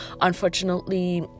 unfortunately